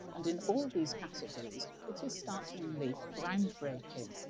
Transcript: and in all these categories, it is startlingly ground-breaking.